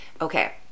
Okay